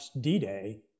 D-Day